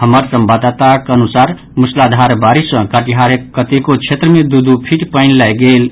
हमर संवाददाताक अनुसार मूसलाधार बारिश सँ कटिहारक कतेको क्षेत्र मे दू दू फीट पानि लागि गेल अछि